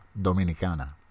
Dominicana